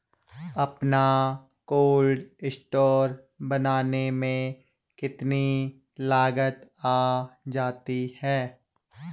अपना cold store बनाने में कितनी लागत आ जाती है?